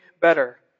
better